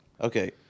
Okay